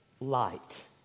light